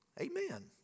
Amen